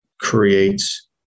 creates